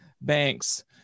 banks